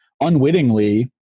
unwittingly